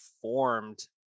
formed